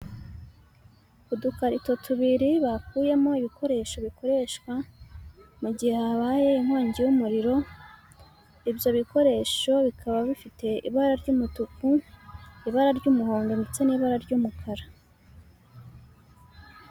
Udukarito tubiri bakuyemo ibikoresho bikoreshwa mu gihe habaye inkongi y'umuriro, ibyo bikoresho bikaba bifite ibara ry'umutuku, ibara ry'umuhondo ndetse n'ibara ry'umukara.